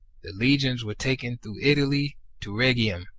the legions were taken through italy to rhegium,